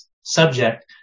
subject